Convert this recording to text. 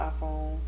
iPhone